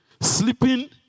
sleeping